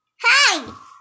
hi